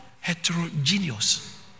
heterogeneous